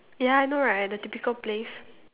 ya I know right the typical place